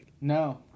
No